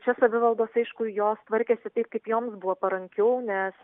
čia savivaldos aišku jos tvarkėsi taip kaip joms buvo parankiau nes